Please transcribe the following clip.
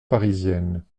parisienne